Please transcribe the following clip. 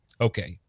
Okay